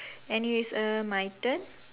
anyways err my turn